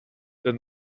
than